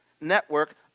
network